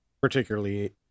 particularly